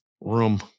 Room